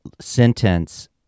sentence